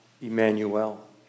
Emmanuel